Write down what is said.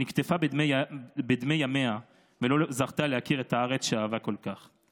שנקטפה בדמי ימיה ולא זכתה להכיר את הארץ שאהבה כל כך.